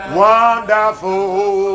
wonderful